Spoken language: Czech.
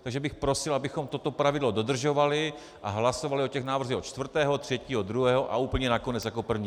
Takže bych prosil, abychom toto pravidlo dodržovali a hlasovali o těch návrzích od čtvrtého, třetího, druhého a úplně nakonec jako první.